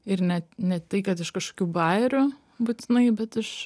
ir net ne tai kad iš kažkokių bajerių būtinai bet iš